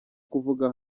kuvuga